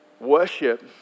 Worship